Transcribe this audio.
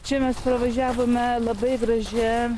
čia mes pravažiavome labai gražia